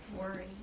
worry